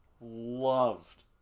Loved